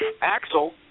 Axel